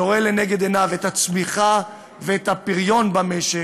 שרואה לנגד עיניו את הצמיחה ואת הפריון במשק,